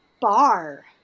bar